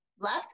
left